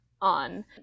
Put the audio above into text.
on